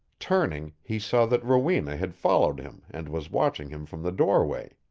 turning, he saw that rowena had followed him and was watching him from the doorway.